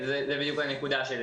זו בדיוק הנקודה שלנו.